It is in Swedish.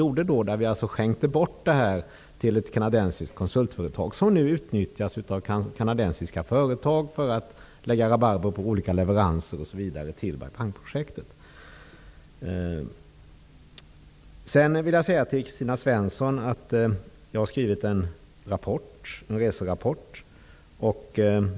Vi skänkte alltså bort detta uppdrag till ett kanadensiskt konsultföretag, som nu utnyttjas av andra kanadensiska företag för att lägga rabarber på olika leveranser osv. till Jag vill till Kristina Svensson säga att jag har skrivit en reserapport.